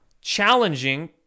challenging